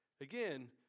Again